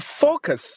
focus